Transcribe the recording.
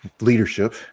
Leadership